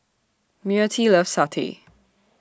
Myrtie loves Satay